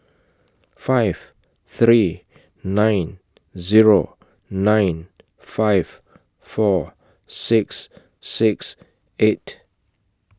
five three nine Zero nine five four six six eight